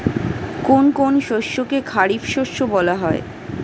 কোন কোন শস্যকে খারিফ শস্য বলা হয়?